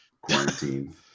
quarantine